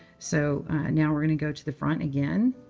so now, we're going to go to the front again,